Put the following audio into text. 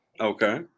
Okay